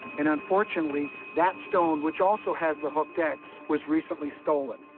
and unfortunately, that stone, which also has the hooked x, was recently stolen.